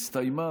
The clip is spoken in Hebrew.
הסתיימה,